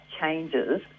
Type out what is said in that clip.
changes